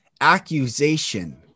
Accusation